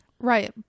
Right